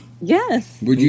Yes